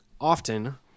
often